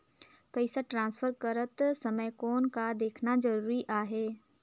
पइसा ट्रांसफर करत समय कौन का देखना ज़रूरी आहे?